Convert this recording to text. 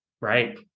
Right